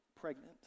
pregnant